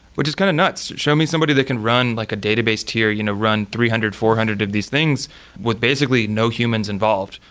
which is kind of nuts. show me somebody that can run like a database tier, you know run three hundred, four hundred of these things with basically no humans involved.